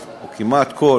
שרוב, או כמעט כל